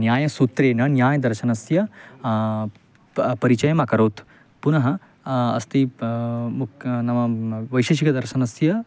न्यायसूत्रेण न्यायदर्शनस्य प परिचयमकरोत् पुनः अस्ति मुक् नाम वैशेषिकदर्शनस्य